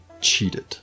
cheated